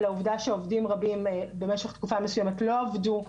ולעובדה שעובדים רבים במשך תקופה מסויימת לא עבדו.